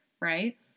right